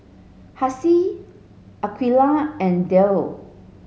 Hasif Aqeelah and Dhia